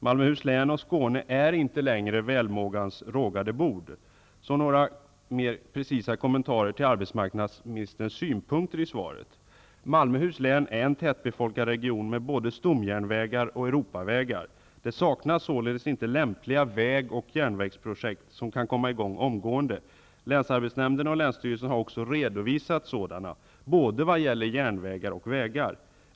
Malmöhus län och Skåne är inte längre välmågans rågade bord. Så några mer precisa kommentarer på arbetsmarknadsministerns synpunkter i svaret. Malmöhus län är en tättbefolkad region med både stomjärnvägar och Europavägar. Det saknas således inte lämpliga väg och järnvägsprojekt som kan komma i gång omgående. Länsarbetsnämnden och länsstyrelsen har också redovisat sådana projekt, vad gäller både järnvägar och vägar.